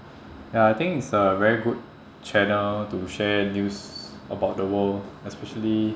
ya I think it's a very good channel to share news about the world especially